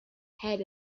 had